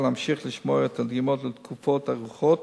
להמשיך לשמור את הדגימות לתקופות ארוכות